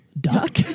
Duck